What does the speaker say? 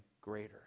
greater